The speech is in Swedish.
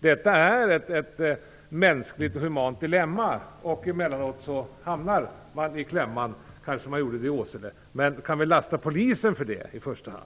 Detta är ett mänskligt och humant dilemma. Emellanåt hamnar man i en klämma - kanske gjorde man det i Åsele. Men kan man i första hand lasta Polisen för detta?